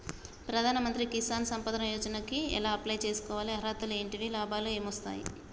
ప్రధాన మంత్రి కిసాన్ సంపద యోజన కి ఎలా అప్లయ్ చేసుకోవాలి? అర్హతలు ఏంటివి? లాభాలు ఏమొస్తాయి?